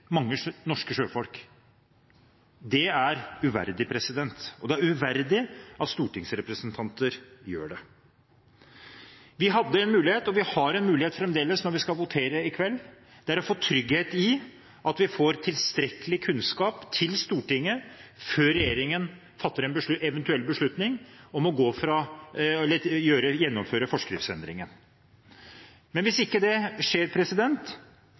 mange norske sjøfolk. Det er uverdig. Og det er uverdig at stortingsrepresentanter gjør det. Vi hadde en mulighet – og vi har fremdeles en mulighet når vi skal votere i kveld – til å trygge at Stortinget får tilstrekkelig kunnskap før regjeringen fatter en eventuell beslutning om å gjennomføre forskriftsendringen. Hvis ikke det skjer,